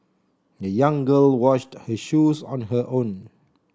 the young girl washed her shoes on her own